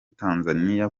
tanzaniya